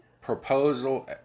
proposal